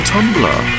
Tumblr